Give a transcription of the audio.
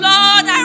Lord